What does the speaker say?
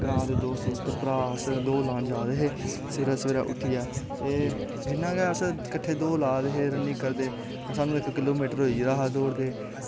ग्रांऽ दे दोस्त दास्त अस दौड़ लान जा दे हे सवेरै सवेरै उट्ठियै ते जियां गै अस दौड़ ला दे हे कट्ठे रनिंग करदे साह्नू इक किलो मीटर होई दा हा किट्ठे दौड़दे